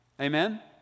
Amen